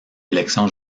élection